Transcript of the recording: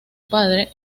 padre